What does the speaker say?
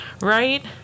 right